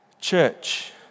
Church